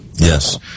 Yes